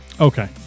Okay